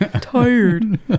tired